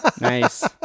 Nice